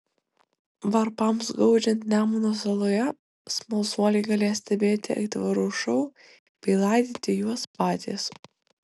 varpams gaudžiant nemuno saloje smalsuoliai galės stebėti aitvarų šou bei laidyti juos patys